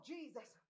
Jesus